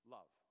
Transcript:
Love